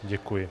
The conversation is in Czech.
Děkuji.